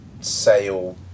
sale